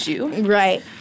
Right